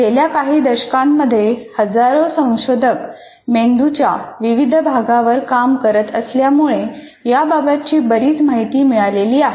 गेल्या काही दशकांमध्ये हजारो संशोधक मेंदूच्या विविध भागांवर काम करत असल्यामुळे याबाबतची बरीच माहिती मिळालेली आहे